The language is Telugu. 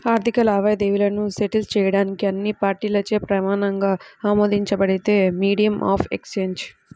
ఆర్థిక లావాదేవీలను సెటిల్ చేయడానికి అన్ని పార్టీలచే ప్రమాణంగా ఆమోదించబడినదే మీడియం ఆఫ్ ఎక్సేంజ్